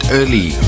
early